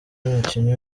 umukinnyi